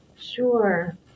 sure